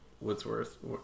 woodsworth